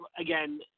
again –